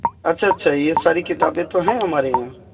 اچھا اچھا یہ ساری کتابیں تو ہیں ہمارے یہاں